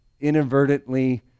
inadvertently